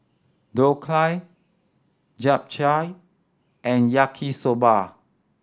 Dhokla Japchae and Yaki Soba